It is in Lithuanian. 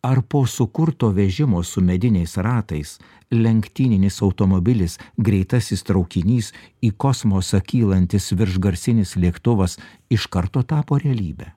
ar po sukurto vežimo su mediniais ratais lenktyninis automobilis greitasis traukinys į kosmosą kylantis viršgarsinis lėktuvas iš karto tapo realybe